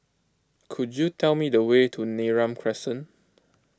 could you tell me the way to Neram Crescent